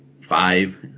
five